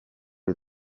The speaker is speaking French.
les